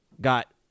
got